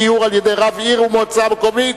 גיור על-ידי רב עיר ומועצה מקומית),